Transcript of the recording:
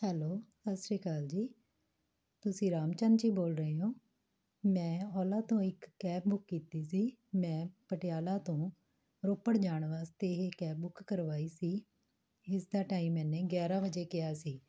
hello ਸਤਿ ਸ਼੍ਰੀ ਅਕਾਲ ਜੀ ਤੁਸੀਂ ਰਾਮ ਚੰਦ ਜੀ ਬੋਲ ਰਹੇ ਹੋ ਮੈਂ ਔਲਾ ਤੋਂ ਇੱਕ ਕੈਬ ਬੁੱਕ ਕੀਤੀ ਸੀ ਮੈਂ ਪਟਿਆਲਾ ਤੋਂ ਰੋਪੜ ਜਾਣ ਵਾਸਤੇ ਇਹ ਕੈਬ ਬੁੱਕ ਕਰਵਾਈ ਸੀ ਇਸ ਦਾ ਟਾਈਮ ਮੈਨੇ ਗਿਆਰਾਂ ਵਜੇ ਕਿਹਾ ਸੀ